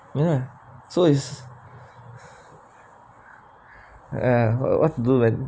ya lah so it's and what to do then